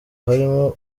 harimo